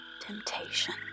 temptation